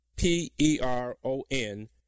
p-e-r-o-n